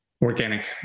organic